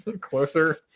Closer